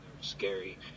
scary